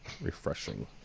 refreshing